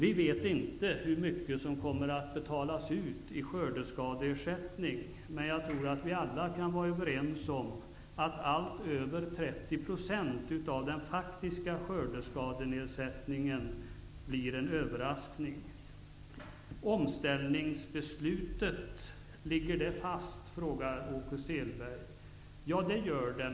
Vi vet inte hur mycket som kommer att betalas ut i skördeskadeersättning, men vi kan nog alla vara överens om att allt över 30 % av den faktiska skördeskadeersättningen blir en överraskning. Åke Sehlberg undrade om omställningsbeslutet ligger fast. Ja, det gör det.